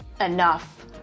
enough